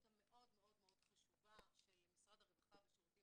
המאוד מאוד חשובה של משרד הרווחה והשירותים